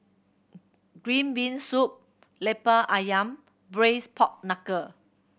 green bean soup Lemper Ayam and Braised Pork Knuckle